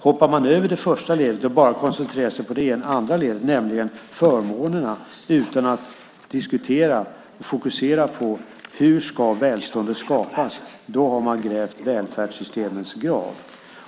Hoppar man över det första ledet och bara koncentrerar sig på det andra ledet, nämligen förmånen att utan att diskutera fokusera på hur välståndet ska skapas, då har man grävt välfärdssystemets grav.